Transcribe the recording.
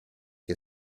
che